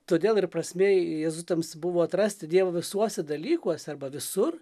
todėl ir prasmė jėzuitams buvo atrasti dievą visuose dalykuose arba visur